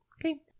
Okay